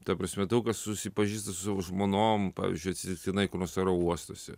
ta prasme daug kas susipažįsta su savo žmonom pavyzdžiui atsitiktinai kur nors aerouostuose